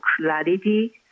clarity